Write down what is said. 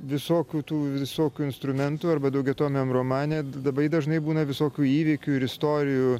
visokių tų visokių instrumentų arba daugiatomiam romane labai dažnai būna visokių įvykių ir istorijų